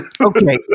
Okay